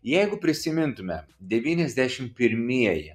jeigu prisimintume devyniasdešimt pirmieji